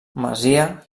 masia